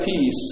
peace